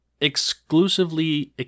exclusively